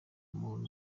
muntu